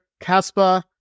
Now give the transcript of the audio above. Caspa